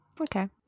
Okay